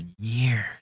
years